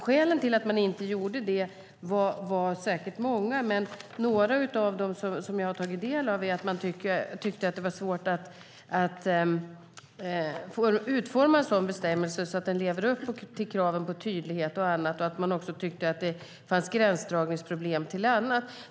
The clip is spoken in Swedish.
Skälen till att de inte gjorde det var säkert många, men några av dem som jag har tagit del av är att man tyckte att det var svårt att utforma en sådan bestämmelse som lever upp till kraven på tydlighet och annat. De tyckte också att det fanns problem med gränsdragning till annat.